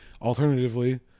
Alternatively